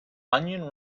onion